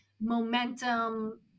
momentum